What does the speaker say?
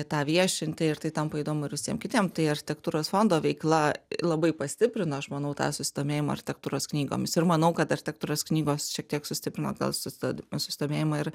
tą viešinti ir tai tampa įdomu ir visiem kitiem tai architektūros fondo veikla labai pastiprino aš manau tą susidomėjimą architektūros knygomis ir manau kad architektūros knygos šiek tiek sustiprino gal su susidomėjimą ir